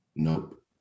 Nope